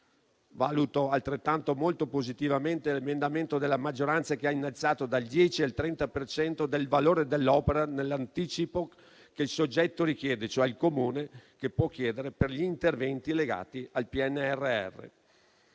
locali. Valuto molto positivamente anche l'emendamento della maggioranza che ha innalzato dal 10 al 30 per cento del valore dell'opera l'anticipo che il soggetto (cioè il Comune) può chiedere per gli interventi legati al PNRR.